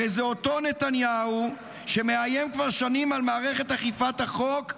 הרי זה אותו נתניהו שמאיים כבר שנים על מערכת אכיפת החוק הישראלית.